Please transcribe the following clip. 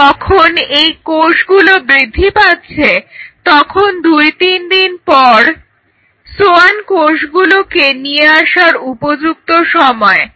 এখন যখন এই কোষগুলো বৃদ্ধি পাচ্ছে তখন দুই তিনদিন পর সোয়ান কোষগুলোকে নিয়ে আসার উপযুক্ত সময়